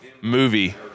movie